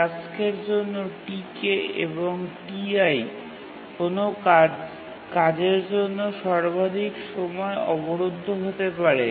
task Tk এবং Ti কোনও কাজের জন্য সর্বাধিক সময়ে আটকে যেতে পারে